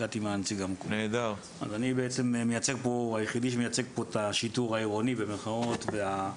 אני בעצם היחיד שמייצג פה את השיטור העירוני והשלטון המקומי.